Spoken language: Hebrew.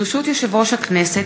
ברשות יושב-ראש הכנסת,